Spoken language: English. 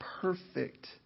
perfect